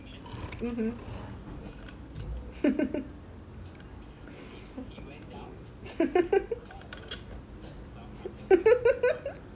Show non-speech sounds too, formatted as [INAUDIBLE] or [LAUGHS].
(uh huh) [LAUGHS]